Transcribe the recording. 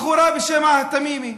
בחורה בשם עהד תמימי,